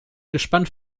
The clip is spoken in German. gespannt